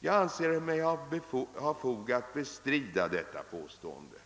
Jag anser mig ha fog för att bestrida detta påstående.